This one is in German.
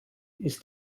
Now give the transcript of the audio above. ist